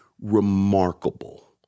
remarkable